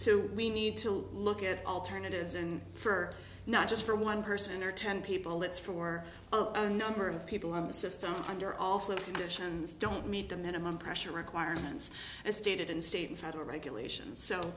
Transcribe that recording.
so we need to look at alternatives and for not just for one person or ten people it's for number of people on the system under all flip actions don't meet the minimum pressure requirements as stated in state and federal regulations so